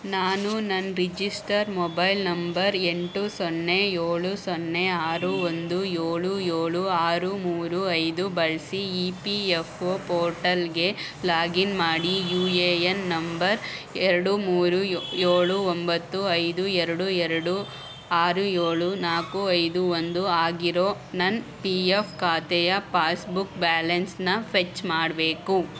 ನಾನು ನನ್ನ register mobile number ಎಂಟು ಸೊನ್ನೆ ಏಳು ಸೊನ್ನೆ ಆರು ಒಂದು ಏಳು ಏಳು ಆರು ಮೂರು ಐದು ಬಳಸಿ ಈ ಪಿ ಎಫ್ ಓ ಪೋರ್ಟಲ್ಗೆ ಲಾಗಿನ್ ಮಾಡಿ ಯು ಎ ಏನ್ ನಂಬರ್ ಎರಡು ಮೂರು ಏಳು ಒಂಬತ್ತು ಐದು ಎರಡು ಎರಡು ಆರು ಏಳು ನಾಲ್ಕು ಐದು ಒಂದು ಆಗಿರೋ ನನ್ನ ಪಿ ಎಫ್ ಖಾತೆಯ ಪಾಸ್ಬುಕ್ ಬ್ಯಾಲೆನ್ಸ್ನ ಫೆಚ್ ಮಾಡಬೇಕು